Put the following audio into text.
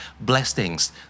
blessings